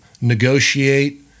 negotiate